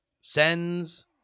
sends